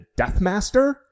Deathmaster